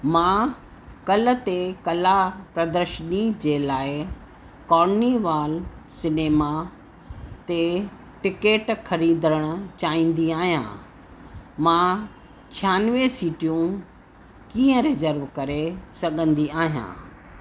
मां काल्ह ते कला प्रदर्शनी जे लाइ कॉर्निवॉल सिनेमा ते टिकट ख़रीदणु चाहींदी आहियां मां छहानवे सीटियूं कीअं रिजर्व करे सघंदी आहियां